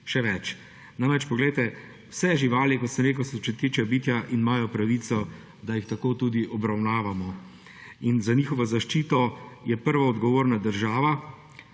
še več. Namreč, vse živali, kot sem rekel, so čuteča bitja in imajo pravico, da jih tako tudi obravnavamo. Za njihovo zaščito je prva odgovorna država